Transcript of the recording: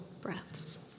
breaths